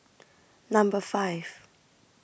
Number five